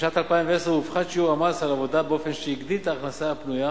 בשנת 2010 הופחת שיעור המס על עבודה באופן שהגדיל את ההכנסה הפנויה